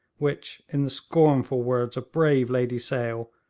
which, in the scornful words of brave lady sale,